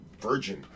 Virgin